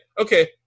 Okay